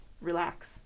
relax